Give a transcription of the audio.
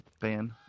fan